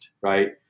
Right